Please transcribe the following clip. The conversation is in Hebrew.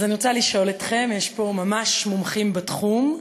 אז אני רוצה לשאול אתכם יש פה ממש מומחים בתחום,